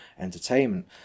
entertainment